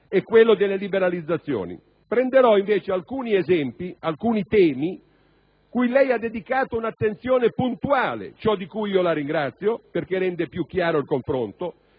e quello delle liberalizzazioni; prenderò, invece, alcuni esempi, con riferimento a temi cui lei ha dedicato un'attenzione puntuale - ciò di cui la ringrazio, perché rende più chiaro il confronto